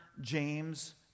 James